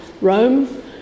Rome